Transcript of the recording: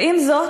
ועם זאת,